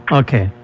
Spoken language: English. okay